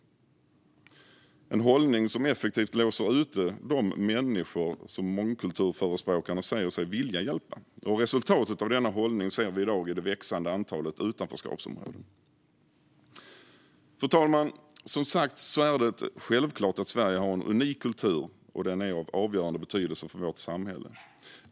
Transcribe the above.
Detta är en hållning som effektivt låser ute de människor som mångkulturförespråkarna säger sig vilja hjälpa. Resultatet av denna hållning ser vi i dag i det växande antalet utanförskapsområden. Fru talman! Som sagt är det självklart att Sverige har en unik kultur och att den är av avgörande betydelse för vårt samhälle.